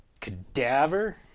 cadaver